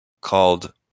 called